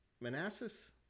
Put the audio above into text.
Manassas